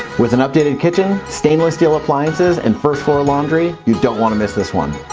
with an updated kitchen, stainless steel appliances, and first floor laundry, you don't wanna miss this one.